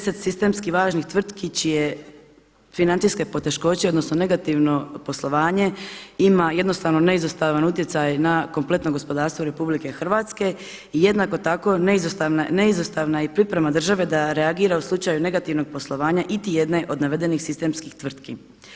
10 sistemski važnih tvrtki čije financijske poteškoće, odnosno negativno poslovanje ima jednostavno neizostavan utjecaj na kompletno gospodarstvo Republike Hrvatske i jednako tako neizostavna i priprema države da reagira u slučaju negativnog poslovanja iti jedne od navedenih sistemskih tvrtki.